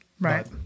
Right